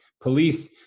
police